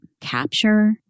capture